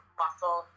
muscle